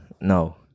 no